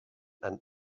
and